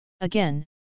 Again